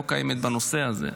זה לא קיים בנושא הזה.